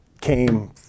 came